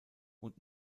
und